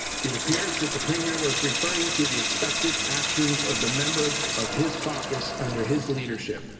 it appears that the premier was referring to the expected actions of the members of his caucus under his leadership.